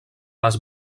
les